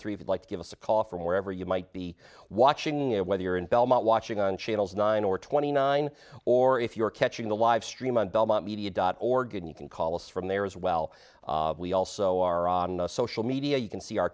five like to give us a call from wherever you might be watching it whether you're in belmont watching on channels nine or twenty nine or if you're catching the live stream on belmont media dot org and you can call us from there as well we also are on social media you can see our